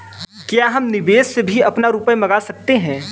क्या हम विदेश से भी अपना रुपया मंगा सकते हैं?